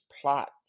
plot